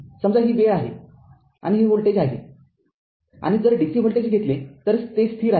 समजा ही वेळ आहे आणि हे व्होल्टेज आहे आणि जर dc व्होल्टेज घेतले तर ते स्थिर आहे